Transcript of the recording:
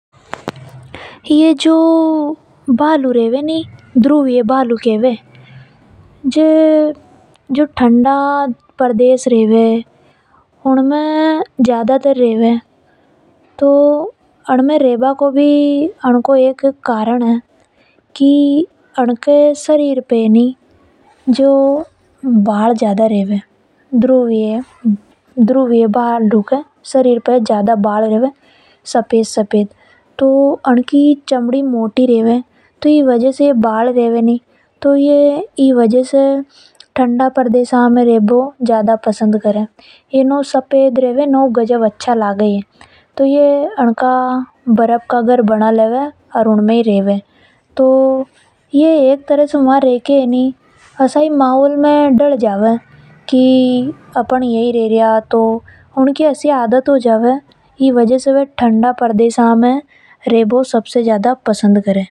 ये जो भालू रेवे नि जने धुरी वे भालू ये भालू ठंडा परदेश में ज्यादातर रेवे। तो अन में अन को रेबा को भी एक कारण है। इनके शरीर पर गणआ ज्यादा बाल रेवे। और अन की चमड़ी मोटी रेवे जीके कारण ये बर्फ में रेवे। ये सफेद रेवे और घणा अच्छा लगे दिखने में। इनको घर भी बर्फ में ही बनावे ये। ये एक तरह से ऐसा ही माहौल में डल जावे। इने ही भालू के वे।